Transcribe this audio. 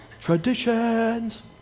Traditions